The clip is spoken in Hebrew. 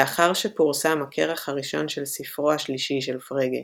לאחר שפורסם הכרך הראשון של ספרו השלישי של פרגה,